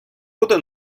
буде